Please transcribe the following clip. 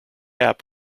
app